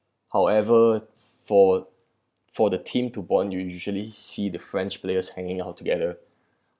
however for for the team to bond you usually see the french players hanging out together